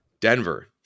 Denver